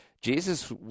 Jesus